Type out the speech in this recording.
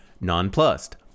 nonplussed